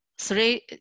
Three